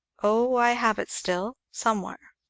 oh! i have it still somewhere.